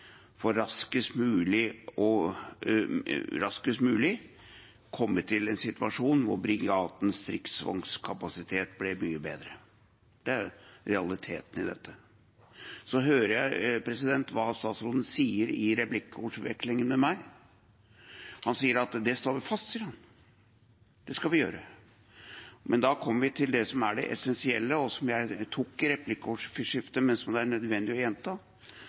for raskest mulig å komme til en situasjon der brigadens stridsvognkapasitet ble mye bedre. Det er realitetene i dette. Så hører jeg hva statsråden sier i replikkvekslingen med meg. Han sier at det står fast, det skal vi gjøre. Men da kommer vi til det som er det essensielle, og som jeg tok i replikkordskiftet, men som det er nødvendig å gjenta.